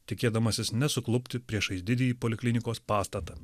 tikėdamasis nesuklupti priešais didįjį poliklinikos pastatą